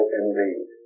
indeed